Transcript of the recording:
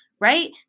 right